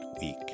week